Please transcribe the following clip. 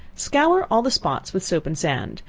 scour all the spots with soap and sand,